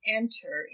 enter